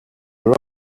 your